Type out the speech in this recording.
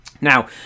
now